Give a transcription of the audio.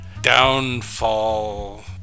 Downfall